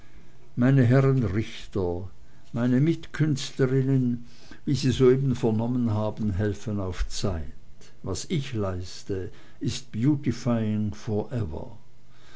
meine herren richter meine mitkünstlerinnen wie sie soeben vernommen helfen auf zeit was ich leiste ist beautifying for ever